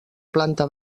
planta